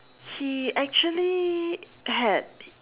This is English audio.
he actually had